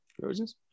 Roses